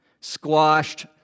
squashed